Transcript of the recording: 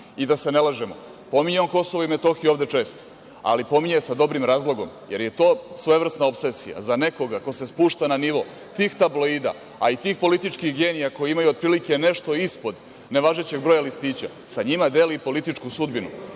se ne lažemo, pominjao je KiM dosta često, ali pominje sa dobrim razlogom, jer je to svojevrsna opsesija. Za nekoga ko se spušta na nivo tih tabloida,a i tih političkih genija koji imaju otprilike nešto ispod nevažećeg broja listića, sa njima deli i političku sudbinu.